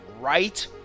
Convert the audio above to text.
right